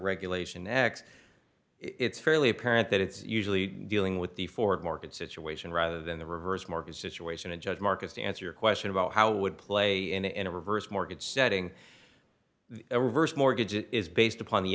regulation act it's fairly apparent that it's usually dealing with the forward market situation rather than the reverse mortgage situation and judge marcus to answer your question about how would play in a in a reverse mortgage setting a reverse mortgage is based upon the